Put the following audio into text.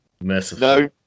No